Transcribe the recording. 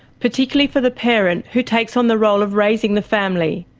particularly for the parent who takes on the role of raising the family.